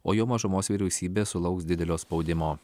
o jo mažumos vyriausybė sulauks didelio spaudimo